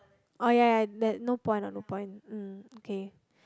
oh ya ya that no point ah no point mm okay